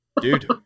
dude